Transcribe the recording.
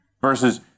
versus